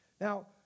Now